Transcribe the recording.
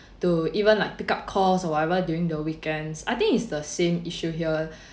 to even like pick up calls or whatever during the weekends I think is the same issue here